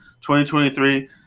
2023